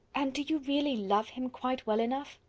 and do you really love him quite well enough?